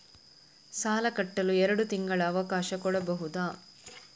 ಸಾಲ ಕಟ್ಟಲು ಎರಡು ತಿಂಗಳ ಅವಕಾಶ ಕೊಡಬಹುದಾ?